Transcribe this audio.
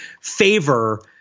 favor